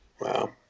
wow